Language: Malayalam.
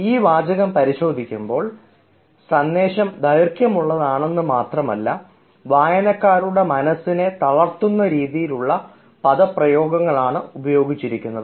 ഈ വാചകം പരിശോധിക്കുമ്പോൾ സന്ദേശം ദൈർഘ്യമുള്ളതാണ് എന്ന് മാത്രമല്ല വായനക്കാരുടെ മനസ്സിനെ തളർത്തുന്ന രീതിയിലുള്ള പദപ്രയോഗങ്ങൾ ആണ് ഉപയോഗിച്ചിരിക്കുന്നത്